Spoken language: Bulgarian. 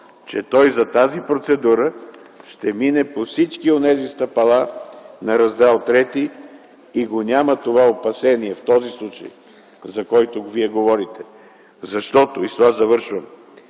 че той за тази процедура ще мине по всички онези стъпала на Раздел ІІІ и няма опасение в този случай, за който Вие говорите. Защото, и с това завършвам,